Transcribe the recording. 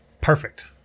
Perfect